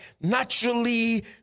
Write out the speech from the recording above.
Naturally